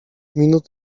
minut